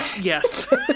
Yes